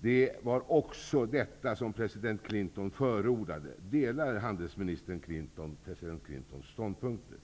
Det var också detta som president Clinton förordade. Delar handelsministern Bill Clintons ståndpunkter?